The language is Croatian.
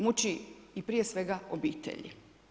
Muči i prije svega obitelji.